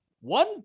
One